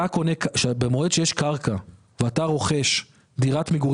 במועד בו יש קרקע ואתה רוכש דירת מגורים